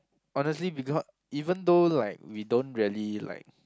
honestly because even though like we don't really like